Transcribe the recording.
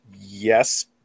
Yes